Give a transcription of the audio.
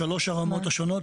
בשלוש הרמות השונות?